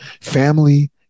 family